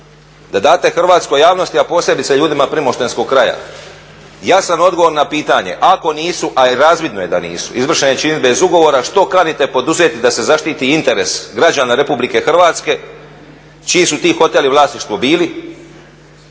da date hrvatskoj javnosti, a posebice ljudima primoštenskog kraja jasan odgovor na pitanje ako nisu, a i razvidno je da nisu izvršene činidbe iz ugovora što kanite poduzeti da se zaštiti interes građana Republike Hrvatske čiji su ti hoteli vlasništvo bili